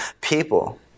people